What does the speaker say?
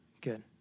Good